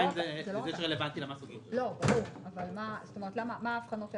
מה ההבחנות שעשיתם?